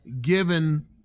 given